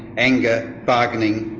anger, bargaining,